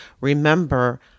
Remember